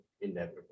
inevitable